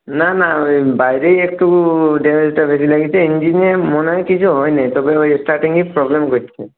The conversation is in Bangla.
না না বাইরেই একটু ডেণ্টটা বেশি লেগেছে ইঞ্জিনের মনে হয় কিছু হয় নাই তবে ওই স্টার্টিংয়ে প্রব্লেম করছে